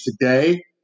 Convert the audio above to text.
today